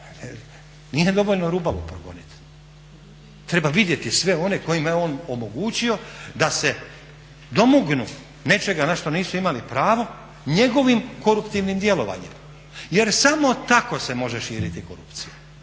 Nije dovoljno Rubalu progonit, treba vidjeti sve one kojima je on omogućio da se domognu nečega na što nisu imali pravo njegovim koruptivnim djelovanje, jer samo tako se može širiti korupcija.